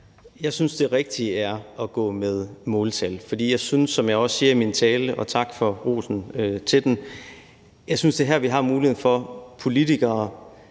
Jeg synes, det rigtige er at gå med måltal, for jeg synes, som jeg også sagde i min tale – og tak for rosen til den – at det er her, vi har muligheden for, politikere